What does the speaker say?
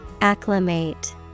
Acclimate